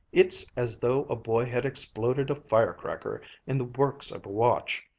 it's as though a boy had exploded a fire-cracker in the works of a watch.